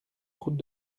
route